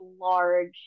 large